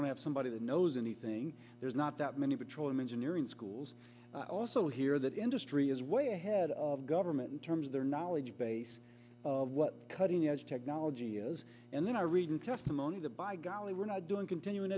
going to have somebody that knows anything there's not that many petroleum engineering schools also here that industry is way ahead of government in terms of their knowledge base of what cutting edge technology is and then i read in testimony to by golly we're not doing continuing